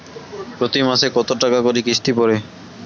প্রতি মাসে কতো টাকা করি কিস্তি পরে?